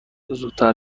زودتر